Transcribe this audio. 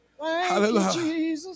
Hallelujah